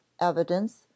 evidence